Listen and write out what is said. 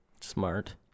Smart